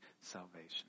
salvation